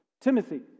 Timothy